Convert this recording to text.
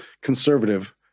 conservative